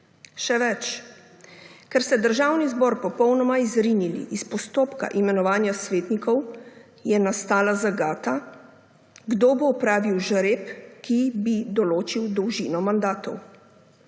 Še več, ker ste Državni zbor popolnoma izrinili iz postopka imenovanja svetnikov, je nastala zagata, kdo bo opravil žreb, ki bi določil dolžino mandatov.